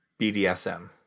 BDSM